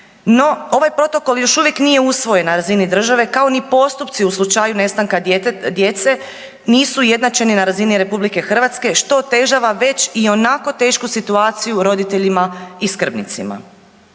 ovaj protokol još uvijek nije usvojen na razini države kao ni postupci u slučaju nestanka djece nisu ujednačeni na razini RH što otežava već ionako tešku situaciju roditeljima i skrbnicima.